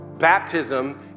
baptism